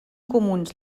comuns